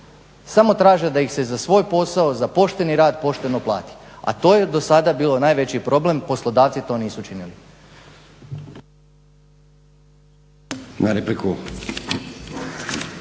samo traže da ih se za svoj posao, za pošteni rad pošteno plati, a to je do sada bilo najveći problem, poslodavci to nisu činili.